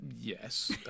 Yes